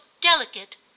delicate